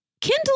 Kindle